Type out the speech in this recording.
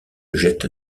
jette